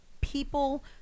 people